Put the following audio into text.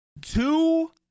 Two